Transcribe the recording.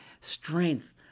strength